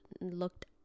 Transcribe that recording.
looked